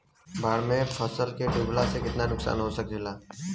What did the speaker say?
बाढ़ मे फसल के डुबले से कितना नुकसान हो सकेला?